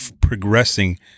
progressing